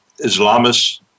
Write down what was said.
Islamists